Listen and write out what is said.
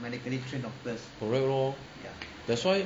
that's why